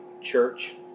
church